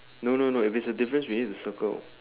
no no no if there's a difference we need to circle